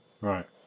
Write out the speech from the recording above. Right